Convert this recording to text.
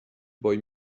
boy